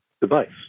device